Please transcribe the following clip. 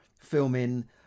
filming